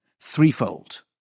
Threefold